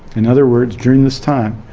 in other words, during this time,